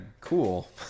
cool